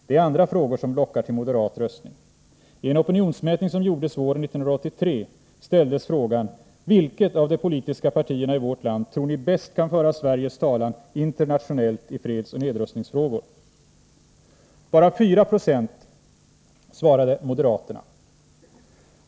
Det är andra frågor som lockar till moderat röstning. I en opinionsmätning som gjordes våren 1983 ställdes frågan: ”Vilket av de politiska partierna i vårt land tror ni bäst kan föra Sveriges talan internationellt i fredsoch nedrustningsfrågor?” Bara 4 96 svarade att det var moderaterna.